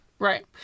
Right